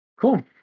cool